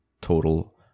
total